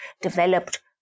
developed